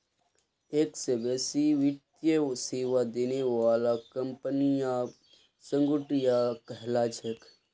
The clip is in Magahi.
एक स बेसी वित्तीय सेवा देने बाला कंपनियां संगुटिका कहला छेक